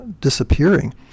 disappearing